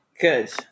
good